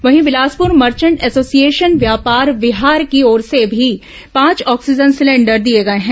वहीं Bilaspur merchant association व्यापार विहार की ओर से भी पांच ऑक्सीजन सिलेंडर दिए गए हैं